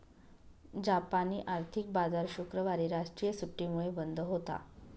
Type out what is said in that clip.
जापानी आर्थिक बाजार शुक्रवारी राष्ट्रीय सुट्टीमुळे बंद होता